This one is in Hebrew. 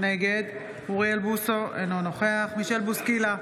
נגד אוריאל בוסו, אינו נוכח מישל בוסקילה,